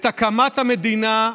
את הקמת המדינה,